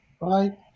right